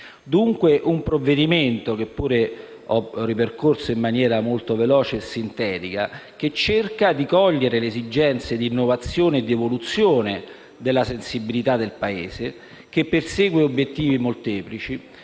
dunque - che pure ho ripercorso in maniera sintetica - che cerca di cogliere le esigenze di innovazione e di evoluzione della sensibilità del Paese e che persegue obiettivi molteplici,